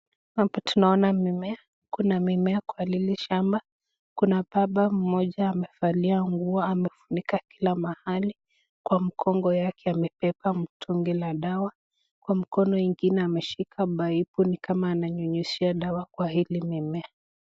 Hapa tunaona mimea, kuna mimea kwa hili shamba, kuna baba mmoja amevalia nguo, amefunika kila mahali kwa mgongo yake amebeba mtungi la dawa kwa mkono ingine ameshika pipe ni kama ananunyizia dawa hili mimea.